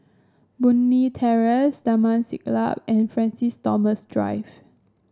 Boon Leat Terrace Taman Siglap and Francis Thomas Drive